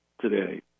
today